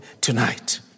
tonight